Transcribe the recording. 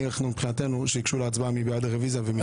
מבחינתנו שייגשו להצבעה מי בעד הרוויזיה ומי נגדה.